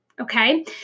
okay